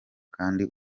kandi